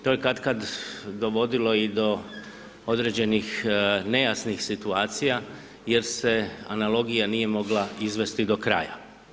To je kad kad i dovodilo i do određenih nejasnih situacija, jer se analogija mogla izvesti do kraja.